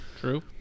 true